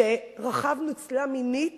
שרחב נוצלה מינית